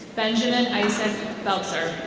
benjamin isom beltzer.